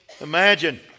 Imagine